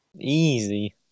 Easy